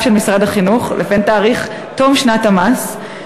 של משרד החינוך לבין תאריך תום שנת המס.